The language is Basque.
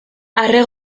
arre